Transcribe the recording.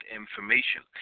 information